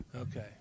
Okay